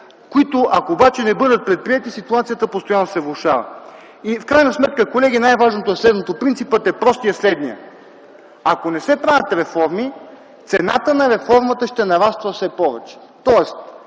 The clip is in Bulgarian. които обаче, ако не бъдат предприети, ситуацията постоянно ще се влошава. В крайна сметка, колеги, най-важното е следното: принципът е прост и е следният, ако не се правят реформи цената на реформата ще нараства все повече. Тоест